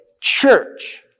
church